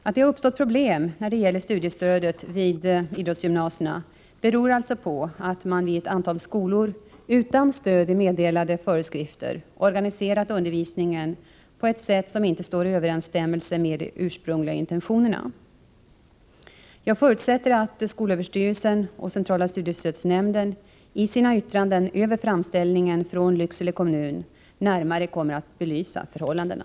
Att det har uppstått problem när det gäller studiestödet vid idrottsgymnasierna beror alltså på att man vid ett antal skolor utan stöd i meddelade föreskrifter organiserat undervisningen på ett sätt som inte står i överensstämmelse med de ursprungliga intentionerna. Jag förutsätter att skolöverstyrelsen och centrala studiestödsnämnden i sina yttranden över framställningen från Lycksele kommun närmare kommer att belysa förhållandena.